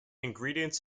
ingredients